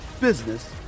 business